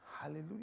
Hallelujah